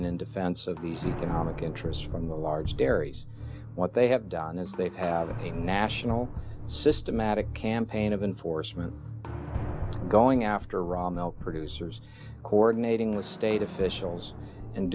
an in defense of these economic interests from the large dairies what they have done is they have a national systematic campaign of enforcement going after raw milk producers coordinating with state officials and